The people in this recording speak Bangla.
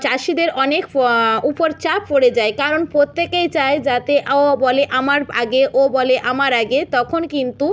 চাষিদের অনেক ফ উপর চাপ পড়ে যায় কারণ প্রত্যেকেই চায় যাতে ও বলে আমার আগে ও বলে আমার আগে তখন কিন্তু